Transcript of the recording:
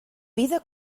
vida